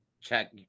check